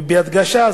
ובהדגשה,